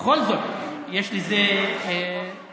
בכל זאת יש לזה מחיר.